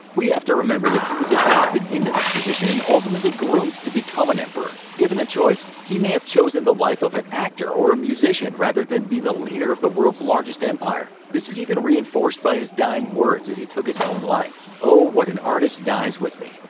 we have to remember that he was adopted into this position and ultimately groomed to become an emperor. given the choice, he may have chosen the life of an actor, or a musician, rather than be the leader of the world's largest empire. this is even reinforced by his dying words as he took his own life oh, what an artist dies with me.